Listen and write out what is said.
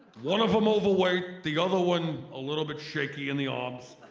one of them overweight the other one a little bit shaky in the arms,